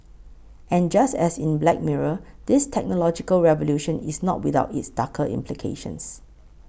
and just as in Black Mirror this technological revolution is not without its darker implications